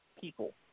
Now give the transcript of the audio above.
people